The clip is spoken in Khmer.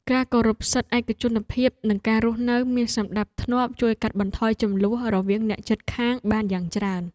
ការគោរពសិទ្ធិឯកជនភាពនិងការរស់នៅមានសណ្តាប់ធ្នាប់ជួយកាត់បន្ថយជម្លោះរវាងអ្នកជិតខាងបានយ៉ាងច្រើន។